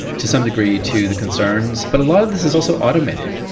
to some degree, to the concerns. but a lot of this is also automated.